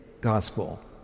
gospel